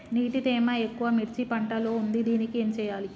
నీటి తేమ ఎక్కువ మిర్చి పంట లో ఉంది దీనికి ఏం చేయాలి?